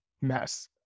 mess